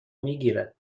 میگیرد